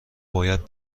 باید